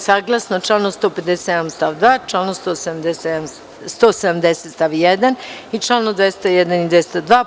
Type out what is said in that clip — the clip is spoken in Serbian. Saglasno članu 157. stav 2, članu 170. stav 1. i čl. 201. i 202.